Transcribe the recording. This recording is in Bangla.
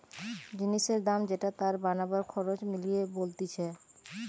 জিনিসের দাম যেটা তার বানাবার খরচ মিলিয়ে বলতিছে